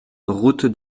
route